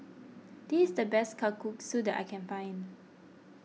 this the best Kalguksu that I can find